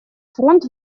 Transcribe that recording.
фронт